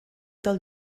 del